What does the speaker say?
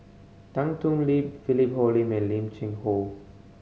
Tan Thoon Lip Philip Hoalim and Lim Cheng Hoe